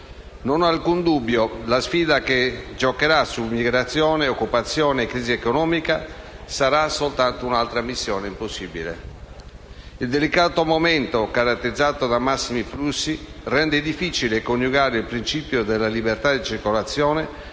Non ho alcun dubbio: la sfida che giocherà su immigrazione, occupazione e crisi economica sarà solo un'altra missione impossibile. Il delicato momento, caratterizzato da massimi flussi, rende difficile coniugare il principio della libera circolazione